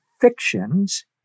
fictions